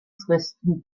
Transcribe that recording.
fristen